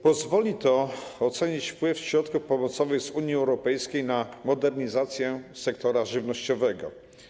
Pozwoli to ocenić wpływ środków pomocowych z Unii Europejskiej na modernizację sektora żywnościowego.